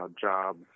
jobs